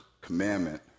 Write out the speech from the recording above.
commandment